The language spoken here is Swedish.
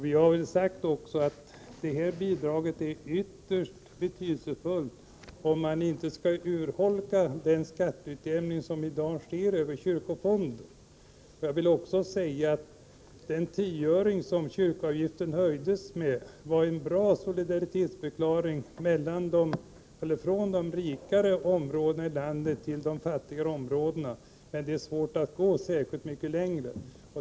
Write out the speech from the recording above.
Vi har sagt att det här bidraget är ytterst betydelsefullt om inte den skatteutjämning som i dag sker över kyrkofonden skall urholkas. Jag vill också säga att den tioöring som kyrkoavgiften höjdes med var en bra solidaritetsförklaring från de rikare områdena i landet till de fattigare. Men det är svårt att gå särskilt mycket längre.